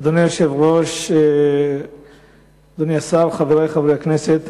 אדוני היושב-ראש, אדוני השר, חברי חברי הכנסת,